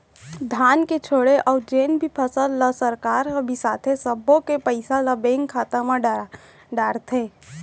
धान के छोड़े अउ जेन भी फसल ल सरकार ह बिसाथे सब्बो के पइसा ल बेंक खाता म डारथे